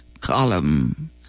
column